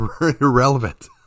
irrelevant